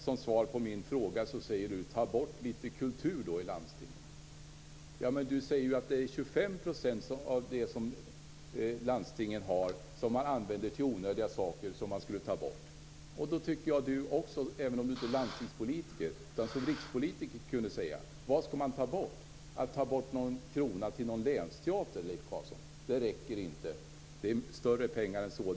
Som svar på min fråga säger Leif Carlson: Ta bort litet kultur i landstingen! Men Leif Carlson säger ju att det är 25 % av det som landstingen har som används till onödiga saker som man skulle kunna ta bort. Även om Leif Carlson inte är landstingspolitiker skulle han som rikspolitiker kunna säga: Vad skall man ta bort? Att ta bort någon krona till en länsteater räcker inte - det handlar om större pengar än så.